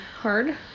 hard